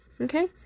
Okay